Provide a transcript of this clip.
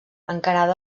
encarada